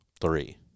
Three